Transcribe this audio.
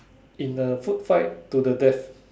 in a food fight to the death